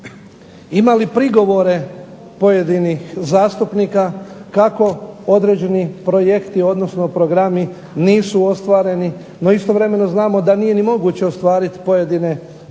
imali prigovore pojedinih zastupnika kako određeni projekti odnosno programi nisu ostvareni, no istovremeno znamo da nije ni moguće ostvarit pojedine programe